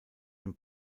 den